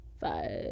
five